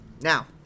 Now